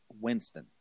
Winston